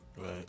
Right